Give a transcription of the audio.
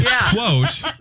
Quote